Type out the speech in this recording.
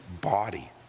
body